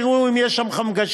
יראו אם יש שם חמגשית,